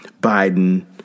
Biden